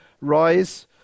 rise